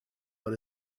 what